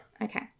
Okay